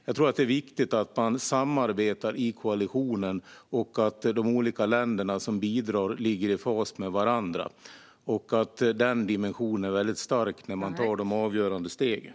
Jag tror att det är viktigt att man samarbetar i koalitionen, att de olika länder som bidrar ligger i fas med varandra och att den dimensionen är stark när man tar de avgörande stegen.